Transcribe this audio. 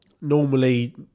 normally